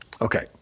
Okay